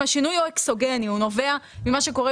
אם השינוי הוא אקסוגני או נובע ממה שקורה